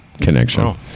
connection